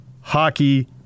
hockey